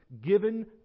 given